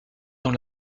dans